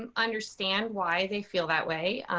um understand why they feel that way,